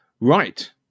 Right